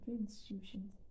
institutions